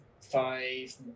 five